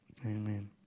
Amen